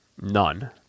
None